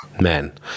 Man